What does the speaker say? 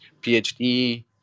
PhD